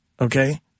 Okay